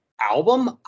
album